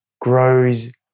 grows